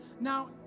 Now